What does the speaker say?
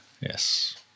Yes